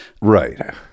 Right